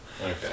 Okay